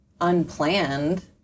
unplanned